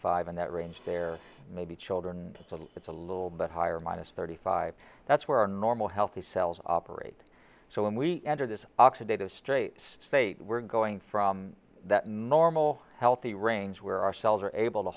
five and that range there may be children so it's a little bit higher minus thirty five that's where our normal healthy cells operate so when we enter this oxidative straight state we're going from the normal healthy range where our cells are able to